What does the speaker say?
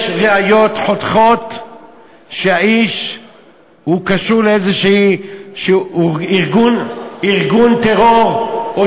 יש ראיות חותכות שהאיש קשור לארגון טרור כלשהו,